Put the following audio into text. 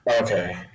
Okay